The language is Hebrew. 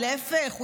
להפך,